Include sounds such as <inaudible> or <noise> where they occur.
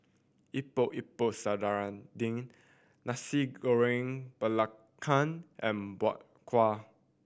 Epok Epok <unintelligible> Nasi Goreng Belacan and Bak Kwa